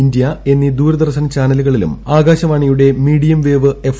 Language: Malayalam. ഇന്ത്യ എന്നീ ദൂരദർശൻ ചാന്രലുകളിലും ആകാശവാണിയുടെ മീഡിയം വേവ് എഫ്